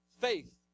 faith